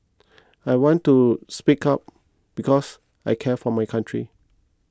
I want to speak up because I care for my country